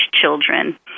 children